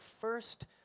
first